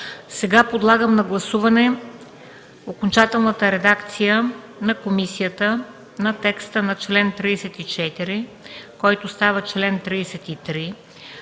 Подлагам на гласуване окончателната редакция на комисията на текста на § 34, който става § 43